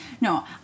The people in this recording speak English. No